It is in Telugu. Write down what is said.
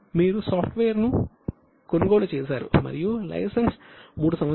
మీరు సాఫ్ట్వేర్ను కొనుగోలు చేసారు మరియు లైసెన్స్ 3 సంవత్సరాలు